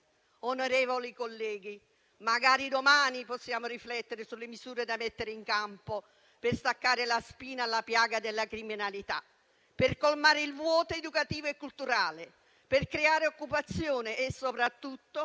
Onorevoli colleghi, magari domani possiamo riflettere sulle misure da mettere in campo per staccare la spina alla piaga della criminalità, per colmare il vuoto educativo e culturale, per creare occupazione e soprattutto